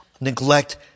neglect